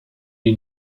die